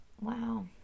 Wow